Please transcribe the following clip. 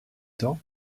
temps